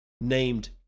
named